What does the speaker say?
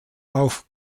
auch